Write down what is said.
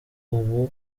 ubu